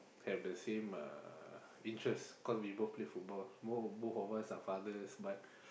have the same uh interest cause we both play football both both of us are fathers but